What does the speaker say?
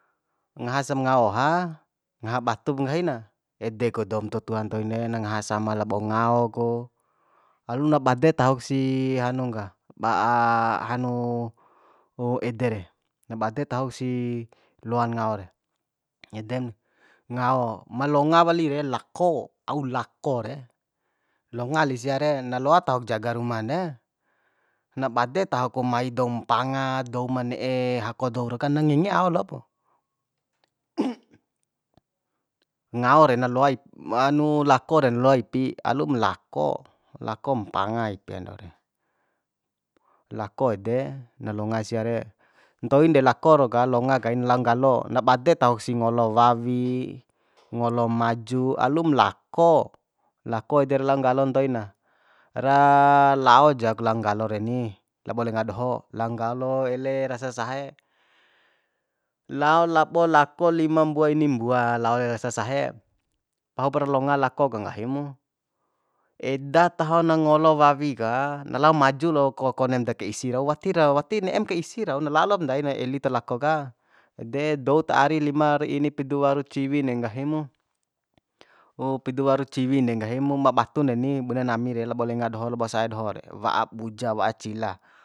Ngaha sam ngao oha ngaha batup nggahi na ede ku doum tutua ntoin de na ngaha sama labo ngao ku alum na bade tahok si hanung ka ba hanu ede re na bade tahok si loan ngao re edem ngao ma longa wali re lako au lako re longa li sia re na loa tahok jaga ruman re na bade tahok mai doum mpanga douma ne'e hako dou rau kan na ngenge ao lop ngao re na loa lako den loa ipi alum lako lako mpanga ipi andou re lako ede na longa sia re ntoin de lako rau ka longa kain lao nggalo na bade tahok si ngolo wawi ngolo maju alum lako lako eder lao nggalo ntoi na ra lao jak lao nggalo reni labo lenga doho lao nggalo ele rasa sahe lao labo lako lima mbua ini mbua lao ele rasa sahe pahupra longa lako ka nggahi mu eda tahon ngolo wawi ka na lao maju lo konen da ka isi rau wati ra wati ne'em ka isi rau na lao lop ndain eli taho lako ka de dou ta ari limar ini pidu waru ciwin de nggahi mu pidu waru ciwin de nggahimu ma batun neni bune nami re labo lenga doho labo sa'e doho re wa'a buja wa'a cila